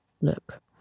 look